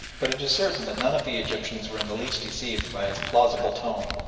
but it is certain that none of the egyptians were in the least deceived by its plausible tone,